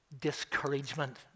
discouragement